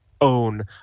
own